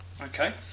Okay